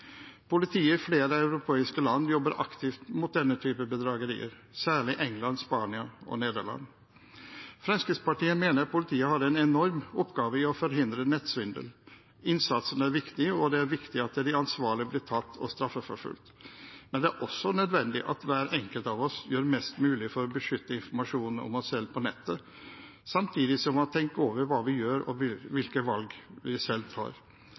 Politiet i flere europeiske land jobber aktivt mot denne typen bedragerier, særlig England, Spania og Nederland. Fremskrittspartiet mener politiet har en enorm oppgave i å forhindre nettsvindel. Innsatsen er viktig, og det er viktig at de ansvarlige blir tatt og straffeforfulgt, men det er også nødvendig at hver enkelt av oss gjør mest mulig for å beskytte informasjonen om oss selv på nettet, samtidig som vi tenker over hva vi gjør, og hvilke valg vi selv tar.